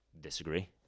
Disagree